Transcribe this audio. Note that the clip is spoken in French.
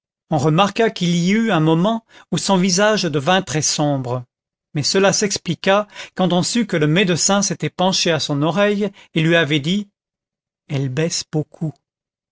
on remarqua qu'il y eut un moment où son visage devint très sombre mais cela s'expliqua quand on sut que le médecin s'était penché à son oreille et lui avait dit elle baisse beaucoup